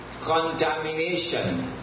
contamination